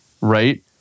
right